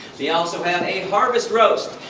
they also have a harvest roast!